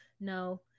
no